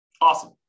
Awesome